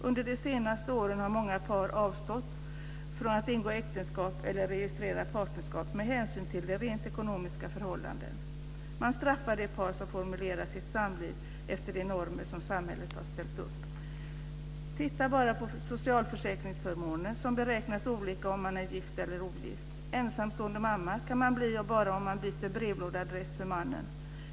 Under de senaste åren har många par avstått från att ingå äktenskap eller registrera partnerskap med hänsyn till rent ekonomiska förhållanden. Man straffar de par som formaliserat sitt samliv efter de normer som samhället har ställt upp. Titta bara på socialförsäkringsförmåner, som beräknas olika om man är gift eller ogift. Ensamstående mamma kan man bli genom att bara byta brevlådeadress för mannen.